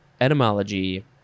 etymology